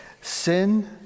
sin